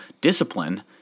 discipline